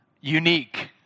unique